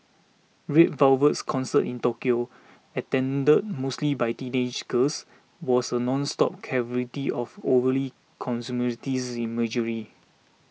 Red Velvet's concert in Tokyo attended mostly by teenage girls was a nonstop cavalcade of overtly consumerist imagery